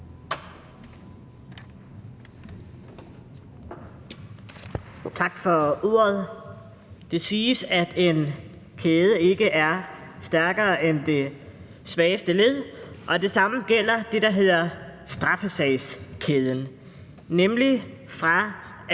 Tak for ordet. Det siges, at en kæde ikke er stærkere end det svageste led, og det samme gælder det, der hedder straffesagskæden, nemlig fra